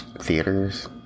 theaters